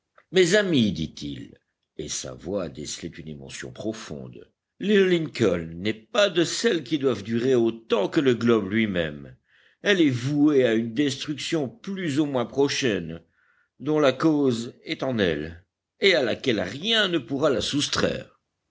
mes amis dit-il et sa voix décelait une émotion profonde l'île lincoln n'est pas de celles qui doivent durer autant que le globe lui-même elle est vouée à une destruction plus ou moins prochaine dont la cause est en elle et à laquelle rien ne pourra la soustraire